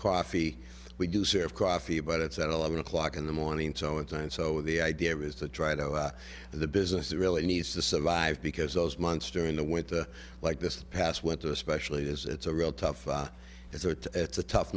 coffee we do serve coffee but it's at eleven o'clock in the morning so in time so the idea is to try to go out the business really needs to survive because those months during the winter like this past went to especially as it's a real tough it's a it's a tough